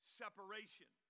separation